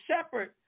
shepherd